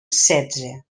setze